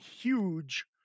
huge